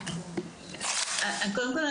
קודם כול,